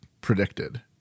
predicted